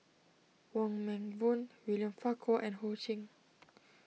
Wong Meng Voon William Farquhar and Ho Ching